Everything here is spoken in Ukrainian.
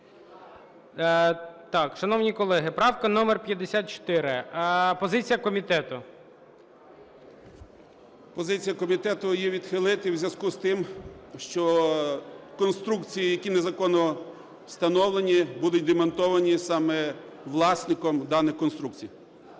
Так, шановні колеги, правка номер 54. Позиція комітету. 17:20:29 АНДРІЙОВИЧ З.М. Позиція комітету є відхилити у зв'язку з тим, що конструкції, які незаконно встановлені, будуть демонтовані саме власником даних конструкцій.